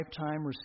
lifetime